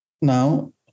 now